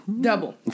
Double